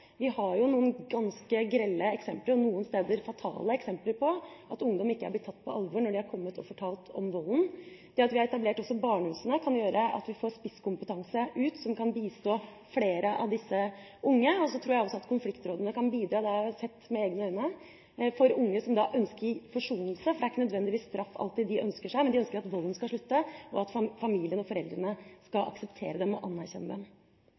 Vi har noen ganske grelle eksempler – noen steder fatale eksempler – på at ungdom ikke er blitt tatt på alvor når de har kommet og fortalt om volden. Det at vi har etablert barnehusene, kan gjøre at vi får spisskompetanse, og som kan bistå flere av disse unge. Så tror jeg også at konfliktrådene kan bidra – det har jeg sett med egne øyne – der unge ønsker forsoning, for det er ikke nødvendigvis straff de alltid ønsker seg, men de ønsker at volden skal slutte, og at familien og foreldrene skal akseptere dem og anerkjenne dem.